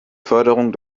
förderung